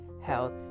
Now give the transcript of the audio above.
health